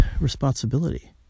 responsibility